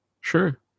Sure